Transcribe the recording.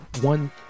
one